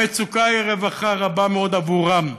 המצוקה היא רווחה רבה מאוד עבורם,